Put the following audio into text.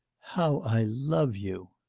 how i love you